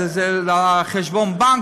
זה חשבון הבנק,